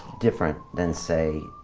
different than say,